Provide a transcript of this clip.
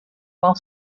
while